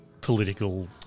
political